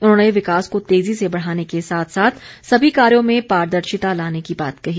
उन्होंने विकास को तेजी से बढ़ाने के साथ साथ सभी कार्यो में पारदर्शिता लाने की बात कही